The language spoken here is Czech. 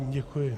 Děkuji.